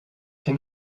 hin